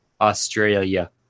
Australia